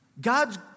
God's